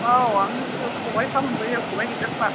औ आंनो गुरो खबायफा मोनबोयो खबाय गेदेरफा